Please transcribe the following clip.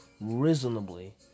reasonably